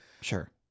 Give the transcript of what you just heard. Sure